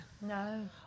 No